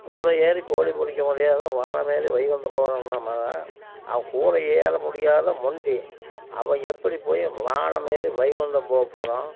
கூரை ஏறி கோழி பிடிக்க முடியாதவன் வானம் ஏறி வைகுண்டம் போறானாம்மாவ அவன் கூரை ஏற முடியாத நொண்டி அவன் எப்படி போய் வானம் ஏறி வைகுண்டம் போக போகிறான்